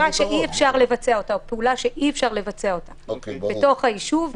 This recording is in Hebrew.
מטרה או פעולה שאי-אפשר לבצע בתוך היישוב,